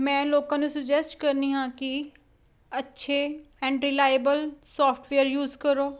ਮੈਂ ਲੋਕਾਂ ਨੂੰ ਸੁਜੈਸਟ ਕਰਦੀ ਹਾਂ ਕਿ ਅੱਛੇ ਐਂਡ ਰਿਲਾਈਬਲ ਸੋਫਟਵੇਅਰ ਯੂਜ ਕਰੋ